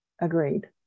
Agreed